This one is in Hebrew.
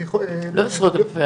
לא עשרות אלפי.